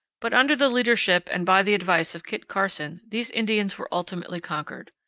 but under the leadership and by the advice of kit carson these indians were ultimately conquered.